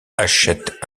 achète